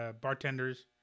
Bartenders